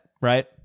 right